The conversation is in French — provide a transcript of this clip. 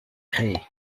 créé